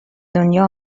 دنیا